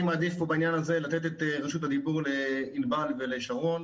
בעניין הזה אני מעדיף לתת את רשות הדיבור לענבל ולשרון.